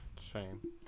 Shame